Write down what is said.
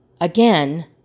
Again